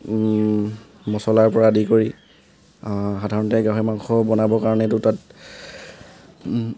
মচলাৰ পৰা আদি কৰি সাধাৰণতে গাহৰি মাংস বনাবৰ কাৰণে দুটা